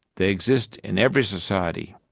they exist in every society.